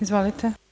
Izvolite.